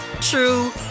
true